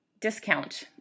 discount